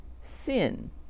sin